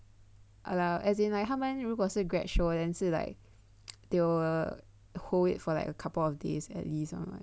ya lah like as in 他们如果是 grad show then 是 like they'll hold it for like a couple of days at least [one] [what]